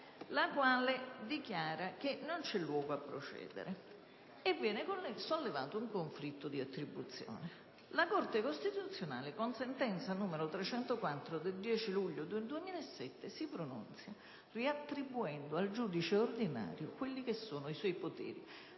la quale dichiara che non c'è luogo a procedere, e viene sollevato un conflitto di attribuzioni. La Corte costituzionale, con sentenza n. 304 del 10 luglio 2007, si pronunzia riattribuendo al giudice ordinario i suoi poteri,